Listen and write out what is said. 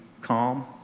calm